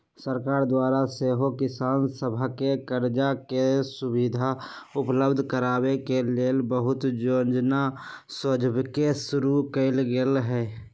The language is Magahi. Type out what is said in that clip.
सरकार द्वारा सेहो किसान सभके करजा के सुभिधा उपलब्ध कराबे के लेल बहुते जोजना सभके शुरु कएल गेल हइ